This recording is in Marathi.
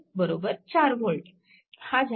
हा झाला v1